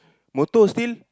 motor still